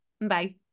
Bye